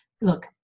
look